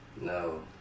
No